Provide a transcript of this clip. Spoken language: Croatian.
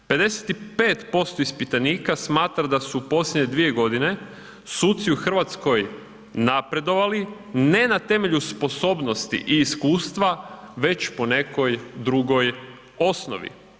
55% ispitanika smatra da su u posljednje 2 godine suci u Hrvatskoj napredovali ne na temelju sposobnosti i iskustva već po nekoj drugoj osnovi.